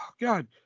god